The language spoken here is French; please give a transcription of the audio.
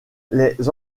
les